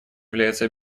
является